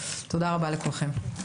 תודה רבה לכולכם.